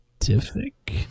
scientific